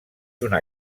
una